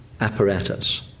apparatus